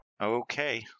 Okay